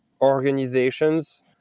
organizations